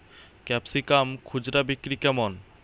Capsicum খুচরা বিক্রি কেমন?